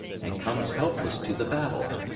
and comes helpless to the battle.